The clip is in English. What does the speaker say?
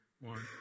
One